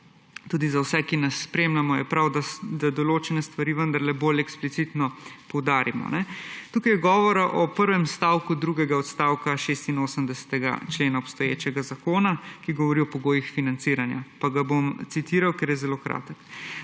tudi za vse, ki nas spremljajo, je prav, da določene stvari vendarle bolj eksplicitno poudarimo. Tukaj je govora o prvem stavku drugega odstavka 86. člena obstoječega zakona, ki govori o pogojih financiranja. Ga bom citiral, ker je zelo kratek: